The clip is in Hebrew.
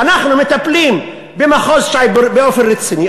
אנחנו מטפלים במחוז ש"י באופן רציני.